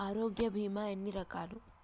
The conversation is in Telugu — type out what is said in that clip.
ఆరోగ్య బీమా ఎన్ని రకాలు?